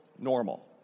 normal